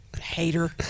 hater